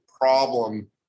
problem